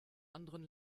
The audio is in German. anderen